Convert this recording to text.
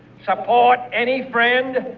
support any friend,